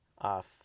off